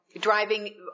driving